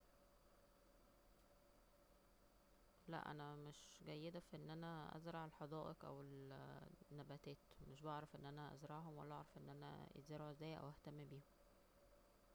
لا أنا مش جيدة في أن أنا ازرع الحدائق أو النباتات مش بعرف أن أنا ازرعهم ولا اعرف ان أنا يتزرعو ازاي او اهتم بيهم